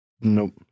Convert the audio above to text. Nope